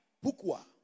Pourquoi